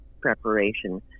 preparation